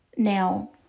Now